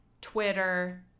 Twitter